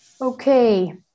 Okay